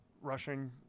rushing